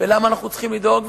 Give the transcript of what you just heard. למה אנחנו צריכים לדאוג?